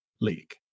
league